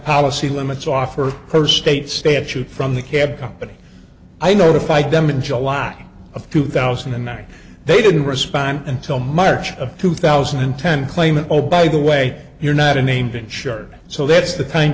policy limits offer her state statute from the cab company i notified them in july of two thousand and nine they didn't respond until march of two thousand and ten claiming obama the way you're not a named insured so that's the